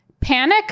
Panic